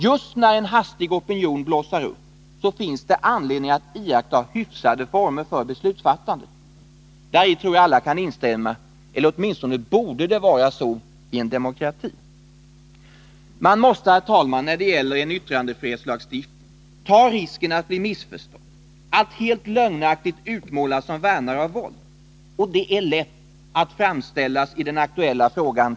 Just när en opinion hastigt blossar upp finns det anledning att iaktta hyfsade former i beslutsfattandet. Däri tror jag att alla kan instämma, eller åtminstone borde det vara så i en demokrati. Man måste, herr talman, när det gäller yttrandefrihetslagstiftning ta risken att bli missförstådd, att helt lögnaktigt utmålas som värnare av våld. Det är lätt att komma med sådana påståenden i den aktuella frågan.